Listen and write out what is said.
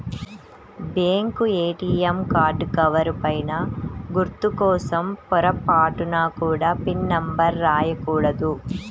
bank ATM card cover పైన గుర్తు కోసం పొరపాటున కూడా పిన్ నెంబర్ రాయకూడదు